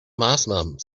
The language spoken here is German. maßnahmen